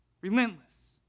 Relentless